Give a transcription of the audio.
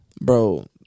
bro